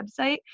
website